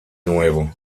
nuevo